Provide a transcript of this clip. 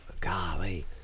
Golly